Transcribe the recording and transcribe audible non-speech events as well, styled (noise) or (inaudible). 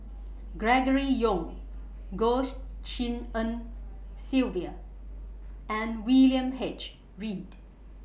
Gregory Yong Goh (noise) Tshin En Sylvia and William H Read